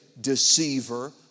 deceiver